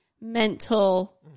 mental